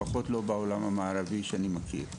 לפחות לא בעולם המערבי שאני מכיר.